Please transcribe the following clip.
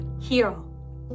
hero